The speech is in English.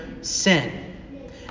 sin